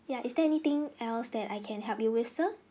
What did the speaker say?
ya is there anything else that I can help you with sir